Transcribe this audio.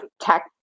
tech